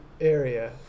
area